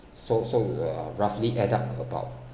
so so uh roughly add up about